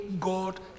God